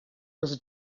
was